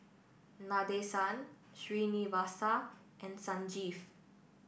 Nadesan Srinivasa and Sanjeev